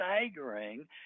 staggering